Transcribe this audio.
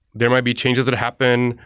there might be changes that happen.